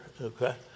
Okay